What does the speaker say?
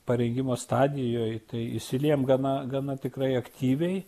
parengimo stadijoj tai įsiliejam gana gana tikrai aktyviai